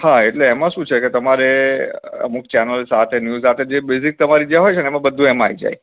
હા એટલે એમાં શું છેકે તમારે અમુક ચેનલો સાથે ન્યૂઝ સાથે જે બેઝિક તમારી જે હોય છેને બધુ એમાં આઈ જાય